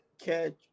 catch